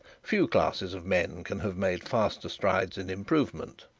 few classes of men can have made faster strides in improvement.